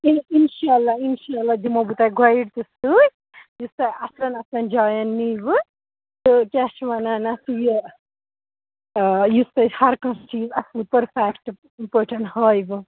اِنشاء اللہ اِشاء اللہ دِمہو بہٕ تۄہہِ گایِڈ تہِ سۭتۍ یُس تۄہہِ اَصلٮ۪ن اَصلٮ۪ن جایَن نِیوٕ تہٕ کیٛاہ چھِ وَنان اَتھ یہِ یُس تۄہہِ ہر کانٛہہ چیٖز آصٕل پٔرفیٚکٹ پٲٹھۍ ہایِوٕ